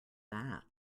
that